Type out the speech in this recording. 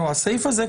הסעיף הזה,